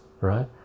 right